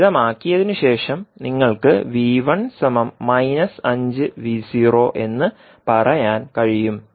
ലളിതമാക്കിയതിനുശേഷം നിങ്ങൾക്ക് എന്ന് പറയാൻ കഴിയും